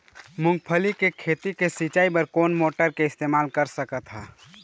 मूंगफली के खेती के सिचाई बर कोन मोटर के इस्तेमाल कर सकत ह?